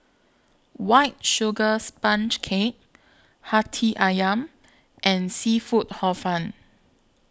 White Sugar Sponge Cake Hati Ayam and Seafood Hor Fun